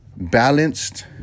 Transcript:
Balanced